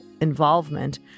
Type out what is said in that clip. involvement